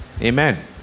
Amen